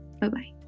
Bye-bye